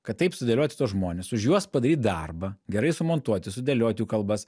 kad taip sudėlioti tuos žmones už juos padaryt darbą gerai sumontuoti sudėliot jų kalbas